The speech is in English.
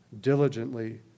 diligently